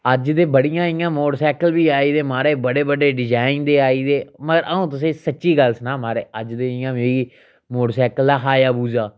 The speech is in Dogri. अज्ज दे बड़ियां इ'यां मोटरसाइकल बी आई गेदे महाराज बड़े बड्डे डिजाईन दे आई गेदे मगर आ'ऊं तुसेंई सच्ची गल्ल सनां ना महाराज अज्ज ते मिगी मोटरसाइकल हायाबूजा